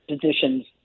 positions